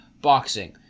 boxing